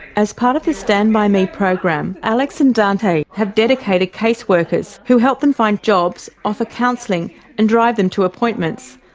as part of the stand by me program, alex and dante have dedicated case workers who help them find jobs, offer counselling and drive them to appointments,